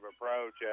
approach